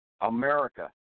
America